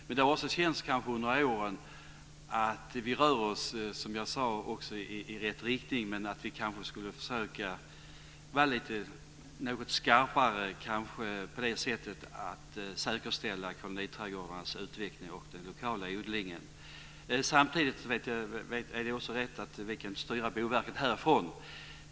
Men det har också under åren känts som om vi rör oss i rätt riktning, men att vi kanske skulle försöka vara något skarpare när det gäller att säkerställa koloniträdgårdarnas utveckling och den lokala odlingen. Samtidigt är det rätt att vi inte kan styra Boverket härifrån.